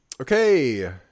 Okay